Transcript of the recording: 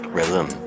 Rhythm